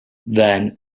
then